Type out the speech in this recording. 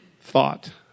thought